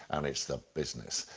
and it's the business.